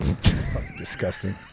Disgusting